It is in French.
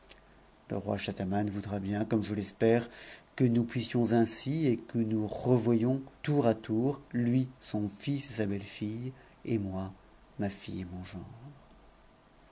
le roi schahzaman voudra bien comme je t'espère c nous pn usions ainsi et que nous revoyions tour à tour lui son et sa bette tttte et moi ma fille